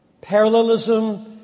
parallelism